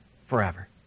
forever